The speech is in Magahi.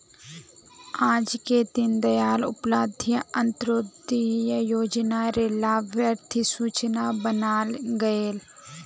आजके दीन दयाल उपाध्याय अंत्योदय योजना र लाभार्थिर सूची बनाल गयेल